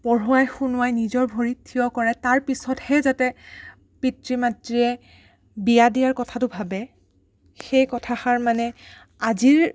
পঢ়োৱাই শুনোৱাই নিজৰ ভৰিত ঠিয় কৰাই তাৰপিছতহে যাতে পিতৃ মাতৃয়ে বিয়া দিয়াৰ কথাটো ভাবে সেই কথাষাৰ মানে আজিৰ